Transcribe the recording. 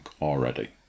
already